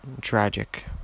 tragic